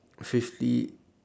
fifty